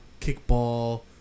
kickball